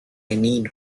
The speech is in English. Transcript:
need